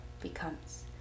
becomes